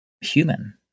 human